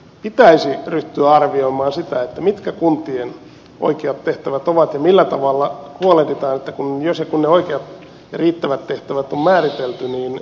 pitäisi ryhtyä arviomaan sitä että mitkä kuntien oikeat tehtävät ovat ja millä tavalla jolle pitää kunniassa kun oikea ja riittävä tehtävä on määritelty niin